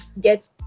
get